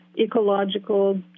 ecological